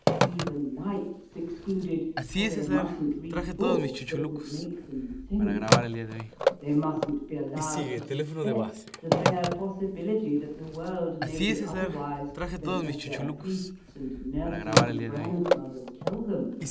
even light's excluded for they mustn't read books that would make them think they mustn't be allowed to suspect the bare possibility that the world may be otherwise than as their priests and nurses and grandmothers tell them,